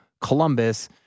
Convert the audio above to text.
Columbus